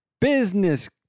Business